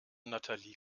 natalie